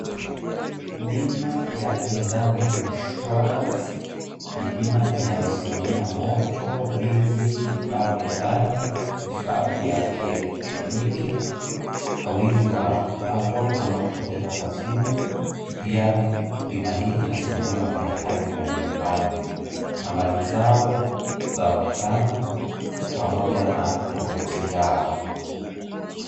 Bima ya INZANO INSURANCE ni bima inayosimamia moto, wizi, vifaa vya ndani, vifaa vya kielektroniki, wizi wa laptop ama kupoteza kwa simu. Pia bima hii inasimamia wafanyikazi wa nyumbani. Nambari zao zaonekana pamoja na tovuti yao.